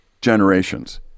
generations